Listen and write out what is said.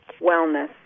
wellness